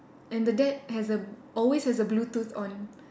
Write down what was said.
and the dad has a always has a Bluetooth on